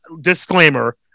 disclaimer